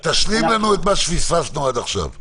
תשלים לנו את מה שפספסנו עד עכשיו.